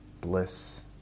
bliss